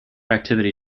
activity